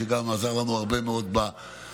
שגם עזר לנו הרבה מאוד בייעוץ,